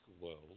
world